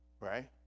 right